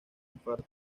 infarto